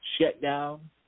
shutdown